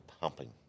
pumping